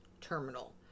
terminal